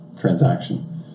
transaction